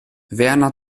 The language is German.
werner